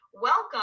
Welcome